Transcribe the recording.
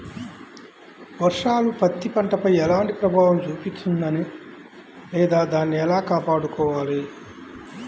వర్షాలు పత్తి పంటపై ఎలాంటి ప్రభావం చూపిస్తుంద లేదా దానిని ఎలా కాపాడుకోవాలి?